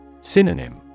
Synonym